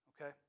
okay